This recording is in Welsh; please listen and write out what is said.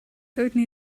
doeddwn